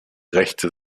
rechte